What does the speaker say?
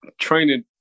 training –